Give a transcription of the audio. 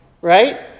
right